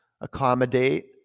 Accommodate